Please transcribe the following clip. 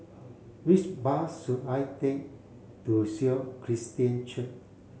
which bus should I take to Sion Christian Church